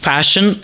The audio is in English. Fashion